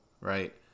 right